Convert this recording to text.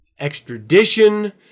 extradition